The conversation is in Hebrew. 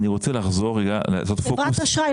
חברת אשראי,